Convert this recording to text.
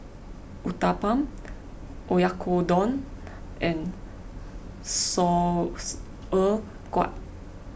Uthapam Oyakodon and Sauerkraut